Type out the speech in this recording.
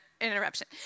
interruption